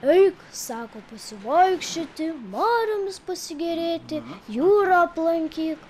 eik sako pasivaikščioti mariomis pasigėrėti jūrą aplankyk